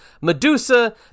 Medusa